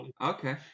Okay